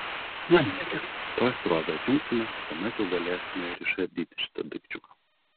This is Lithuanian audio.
na niekis tuoj srovę atjungsime tuomet jau galėsime ir išardyti šitą daikčiuką